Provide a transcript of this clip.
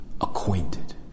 Acquainted